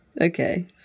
Okay